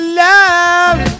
love